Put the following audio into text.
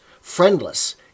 friendless